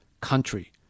country